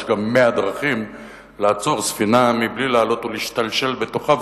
יש גם 100 דרכים לעצור ספינה מבלי לעלות ולהשתלשל לתוכה.